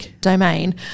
domain